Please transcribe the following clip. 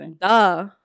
duh